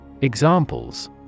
Examples